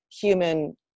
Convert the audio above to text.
human